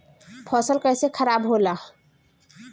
फसल कैसे खाराब होला?